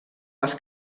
les